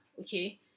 Okay